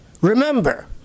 remember